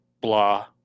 blah